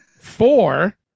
four